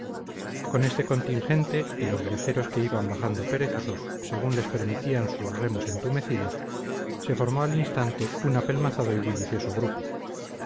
con este contingente y los viajeros que iban bajando perezosos según les permitían sus remos entumecidos se formó al instante un apelmazado y bullicioso grupo